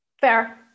Fair